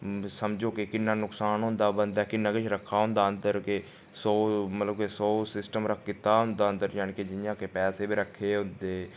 समझो के किन्ना नुकसान होंदा बन्दे दा किन्ना किश रक्खा होंदा अंदर के सौ मतलब के सौ सिस्टम रेके कीता दा होंदा अंदर जानि के जि'यां कि पैसे बी रक्खे दे होंदे